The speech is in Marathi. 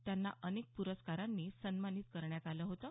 त्यांना अनेक पुरस्कारांनी सन्मानित करण्यात आलं होतं